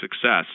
success